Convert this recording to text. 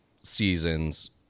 seasons